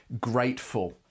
grateful